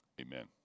amen